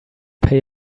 pay